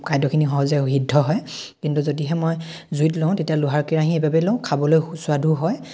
খাদ্যখিনি সহজে সিদ্ধ হয় কিন্তু যদিহে মই জুইত লও তেতিয়া লোহাৰ কেৰাহী এইবাবে লও খাবলৈ সুস্বাদু হয়